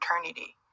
eternity